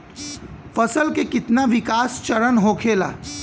फसल के कितना विकास चरण होखेला?